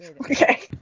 Okay